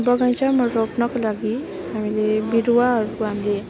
बगैँचामा रोप्नका लागि हामीले बिरुवाहरूको हामीले